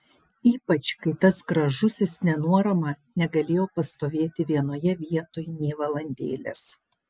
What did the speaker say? ypač kai tas gražusis nenuorama negalėjo pastovėti vienoje vietoj nė valandėlės